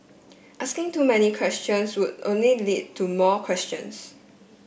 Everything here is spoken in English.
asking too many questions would only lead to more questions